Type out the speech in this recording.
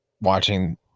watching